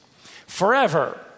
forever